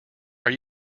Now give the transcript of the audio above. are